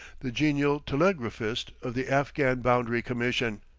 the genial telegraphist of the afghan boundary commission.